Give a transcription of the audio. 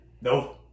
No